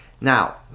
Now